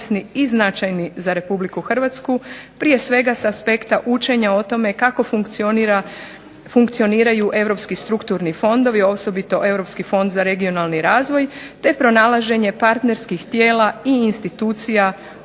i značajni za RH. Prije svega s aspekta učenja o tome kako funkcioniraju europski strukturni fondovi osobito Europski fond za regionalni razvoj te pronalaženje partnerskih tijela i institucija